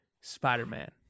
Spider-Man